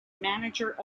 manager